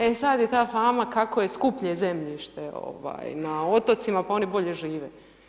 E sad je tama kako je skuplje zemljište na otocima pa oni bolje žive.